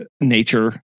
nature